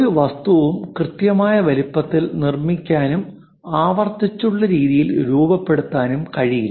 ഒരു വസ്തുവും കൃത്യമായ വലുപ്പത്തിൽ നിർമ്മിക്കാനും ആവർത്തിച്ചുള്ള രീതിയിൽ രൂപപ്പെടുത്താനും കഴിയില്ല